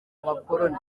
abakoloni